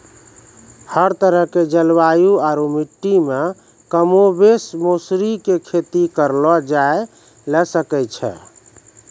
हर तरह के जलवायु आरो मिट्टी मॅ कमोबेश मौसरी के खेती करलो जाय ल सकै छॅ